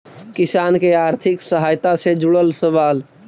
किसान के आर्थिक सहायता से जुड़ल सवाल?